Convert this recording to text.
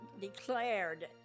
declared